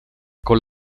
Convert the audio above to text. con